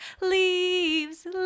leaves